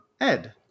Ed